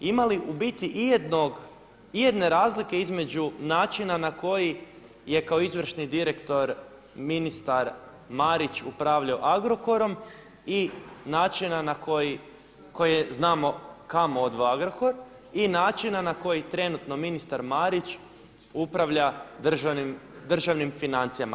Ima li u biti ijednog, ijedne razlike između načina na koji je kao izvršni direktor ministar Marić upravljao Agrokorom i načina na koji, koje znamo kamo … Agrokor i načina na koji trenutno ministar Marić upravlja državnim financijama?